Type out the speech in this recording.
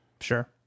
Sure